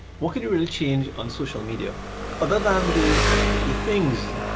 what can you really change on social media other than the the things,